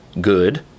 good